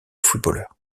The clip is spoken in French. footballeurs